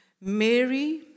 Mary